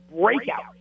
breakout